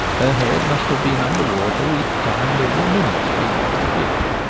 her head must have been under water each time nearly a minute, feeling for the fish.